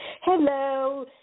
Hello